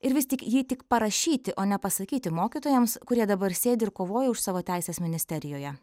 ir vis tik jį tik parašyti o ne pasakyti mokytojams kurie dabar sėdi ir kovoja už savo teises ministerijoje